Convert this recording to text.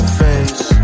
face